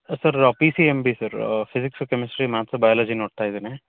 sir P C M B sir physics chemistry maths biology ನೋಡ್ತಾ ಇದ್ದೀನಿ